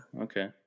okay